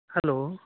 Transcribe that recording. hello